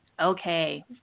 okay